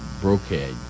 brocade